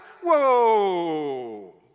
whoa